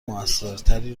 موثرتری